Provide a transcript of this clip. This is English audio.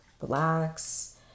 relax